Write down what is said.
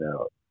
out